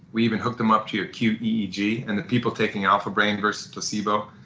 we even hooked them up to acute eeg and the people taking alpha brain versus placebo,